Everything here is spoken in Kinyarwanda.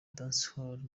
dancehall